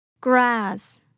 Grass